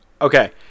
Okay